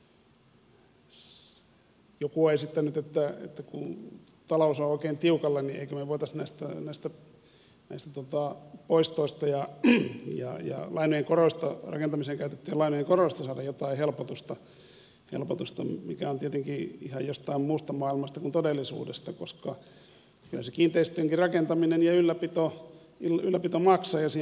joku on esittänyt että kun talous on oikein tiukalla emmekö me voisi näistä poistoista ja rakentamiseen käytettyjen lainojen koroista saada jotain helpotusta mikä on tietenkin ihan jostain muusta maailmasta kuin todellisuudesta koska kyllähän se kiinteistöjenkin rakentaminen ja ylläpito maksaa ja siihen pitää osoittaa voimavaroja